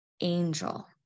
angel